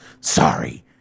Sorry